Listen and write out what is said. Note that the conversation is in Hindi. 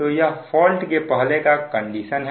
तो यह फॉल्ट के पहले का कंडीशन है